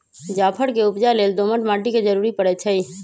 जाफर के उपजा लेल दोमट माटि के जरूरी परै छइ